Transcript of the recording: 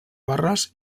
barres